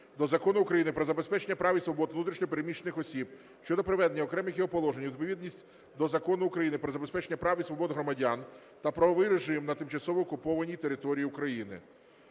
до Закону України "Про забезпечення прав і свобод внутрішньо переміщених осіб" щодо приведення окремих його положень у відповідність до Закону України "Про забезпечення прав і свобод громадян та правовий режим на тимчасово окупованій території України".